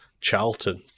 Charlton